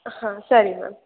ಹಾಂ ಸರಿ ಮ್ಯಾಮ್